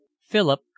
Philip